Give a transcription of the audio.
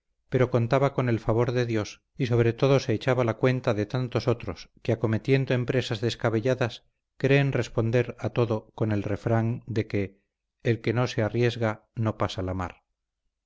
pero contaba con el favor de dios y sobre todo se echaba la cuenta de tantos otros que acometiendo empresas descabelladas creen responder a todo con el refrán de que el que no se arriesga no pasa la mar